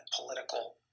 political